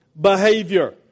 behavior